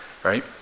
right